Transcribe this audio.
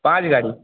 पाँच गाड़ी